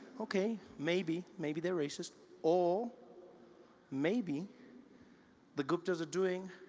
okay, maybe maybe they are racist or maybe the gupta's are doing